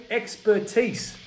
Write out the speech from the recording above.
expertise